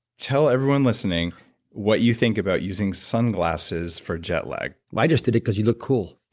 tell everyone listening what you think about using sunglasses for jet lag. i just did it because you look cool.